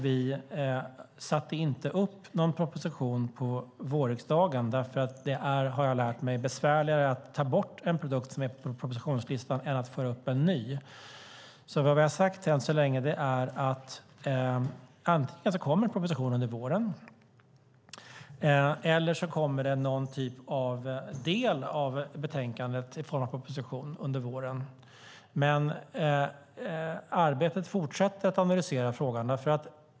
Vi satte inte upp någon proposition i propositionsförteckningen för vårriksdagen därför att det är, har jag har lärt mig, besvärligare att ta bort en produkt som finns på propositionslistan än att föra upp en ny. Än så länge har vi sagt att antingen kommer propositionen till våren eller så kommer det en del av betänkandet i form av en proposition under våren. Arbetet med att analysera frågan fortsätter.